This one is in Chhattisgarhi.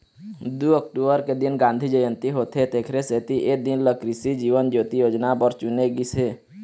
दू अक्टूबर के दिन गांधी जयंती होथे तेखरे सेती ए दिन ल कृसि जीवन ज्योति योजना बर चुने गिस हे